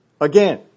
again